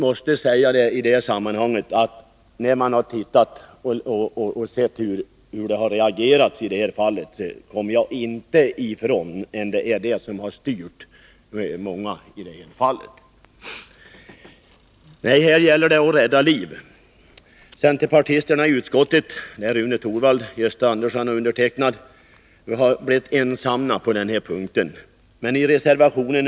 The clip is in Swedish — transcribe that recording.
Efter att ha studerat reaktionerna i detta sammanhang, kommer jag inte ifrån att det är just partitaktik som har styrt många. Nej, här gäller det att rädda liv. Centerpartisterna i utskottet, Rune Torwald, Gösta Andersson och jag, har dock blivit ensamma när det gäller att på denna punkt stödja propositionen.